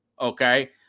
okay